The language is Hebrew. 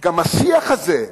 גם השיח הזה,